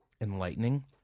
enlightening